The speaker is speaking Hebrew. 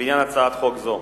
בעניין הצעת חוק זו.